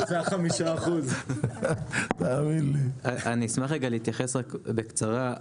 אני אשמח להתייחס רגע רק בקצרה,